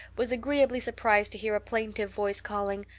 was agreeably surprised to hear a plaintive voice calling,